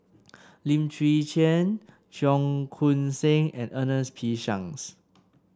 Lim Chwee Chian Cheong Koon Seng and Ernest P Shanks